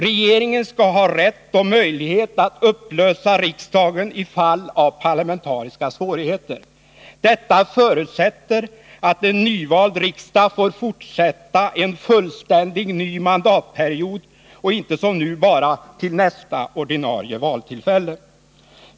Regeringen skall ha rätt och möjlighet att upplösa riksdagen i fall av parlamentariska svårigheter. Detta förutsätter att en nyvald riksdag får fortsätta en fullständig ny mandatperiod och inte som nu bara till nästa ordinarie valtillfälle.